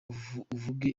uvuge